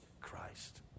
Christ